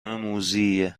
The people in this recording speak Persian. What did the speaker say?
موذیه